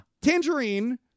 Tangerine